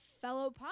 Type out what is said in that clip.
fellow